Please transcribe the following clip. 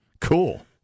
Cool